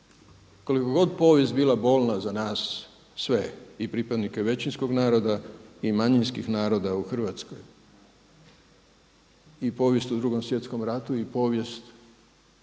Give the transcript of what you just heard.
Koliko god povijest bila bolna za nas sve i pripadnike većinskog naroda, i manjinskih naroda u Hrvatskoj, i povijest u Drugom svjetskom ratu, i povijest